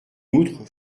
outre